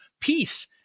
peace